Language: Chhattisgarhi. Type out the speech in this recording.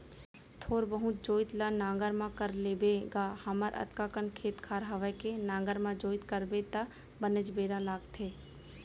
थोर बहुत जोइत ल नांगर म कर लेबो गा हमर अतका कन खेत खार हवय के नांगर म जोइत करबे त बनेच बेरा लागथे